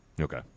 Okay